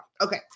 Okay